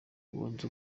ubanza